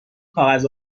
کاغذ